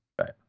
Right